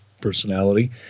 personality